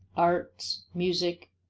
arts, music,